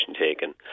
taken